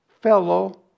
Fellow